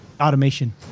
automation